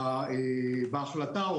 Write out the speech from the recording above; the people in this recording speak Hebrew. בהחלטה,